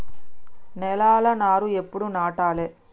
నేలలా నారు ఎప్పుడు నాటాలె?